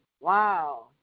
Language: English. Wow